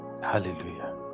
Hallelujah